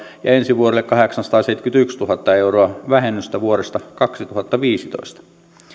ja ensi vuodelle kahdeksansataaseitsemänkymmentätuhatta euroa vähennystä vuodesta kaksituhattaviisitoista